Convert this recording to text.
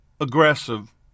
aggressive